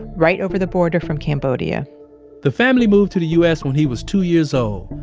right over the border from cambodia the family moved to the u s. when he was two years old,